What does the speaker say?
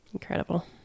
incredible